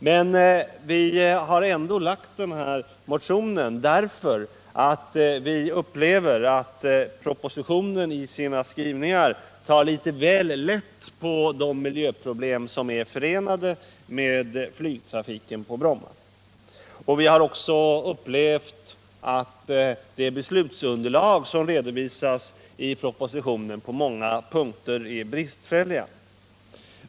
Men vi har ändå lagt motionen, därför att vi upplever att propositionen i sina skrivningar tar litet väl lätt på de miljöproblem som är förenade med flygtrafiken på Bromma. Vi har också upplevt att det beslutsunderlag som redovisas i propositionen på många punkter är bristfälligt.